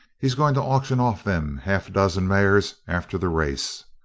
he's going to auction off them half dozen mares after the race.